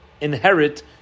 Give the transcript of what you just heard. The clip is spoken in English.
inherit